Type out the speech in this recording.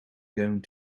going